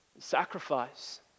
Sacrifice